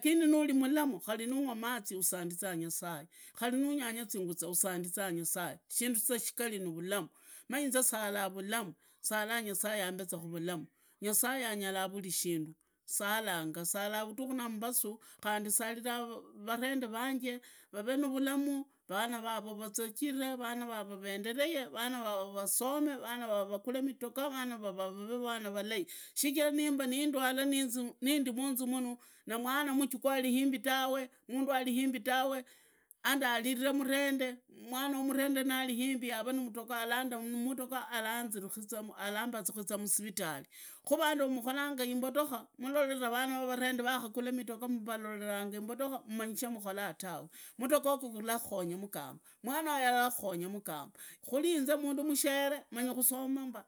khari nuri mulamu nungwa mazi usandiza nyasaye khari nuria zinguza usandiza nyasaye, shindu za shigari nivulamu, maa inze salaaza vulamu, salaa za nyasaye ambeza kuvulamu, nyasaye anyala vulishindu, salanga vutukhu na mbasu, khandi salilaa varende vaanje, vave navulamu, vana vazizajire, vana vavo vaendelege vana vavo vasome, vana vavo vaguree midoga, vana vavo vavee valai shichita nimba nindwala nindimunzu munu na mwana majukuu ari himbi tawe, mundu ari himbi tawe, andariraa murende mwana wamurende narihimbi yavamudoga alanzirukiza musiritali, khu vandu va mukholonga imbodokha muloliza vana va varende vakagulia midoga mbalorera imbodokha mmanyi shamukhola tawe mudoga yogo gulakhukonya mugamba, mwanoyo alakhukhonya mugamba, khuli inze mundu mushere manyi kusoma mba.